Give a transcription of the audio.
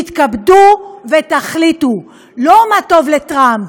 תתכבדו ותחליטו, לא מה טוב לטראמפ,